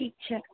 ठीक छै